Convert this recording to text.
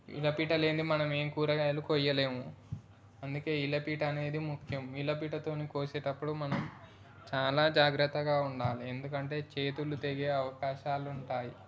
ఇల పీట లేనిదే మనం ఏం కూరగాయలు కోయ్యలేము అందుకే ఇల పీట అనేది ముఖ్యం ఇల పీటతో కోసేటప్పుడు మనం చాలా జాగ్రత్తగా ఉండాలి ఎందుకంటే చేతులు తెగే అవకాశాలుంటాయి